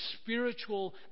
spiritual